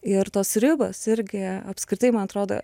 ir tos ribos irgi apskritai man atrodo